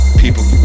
people